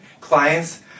clients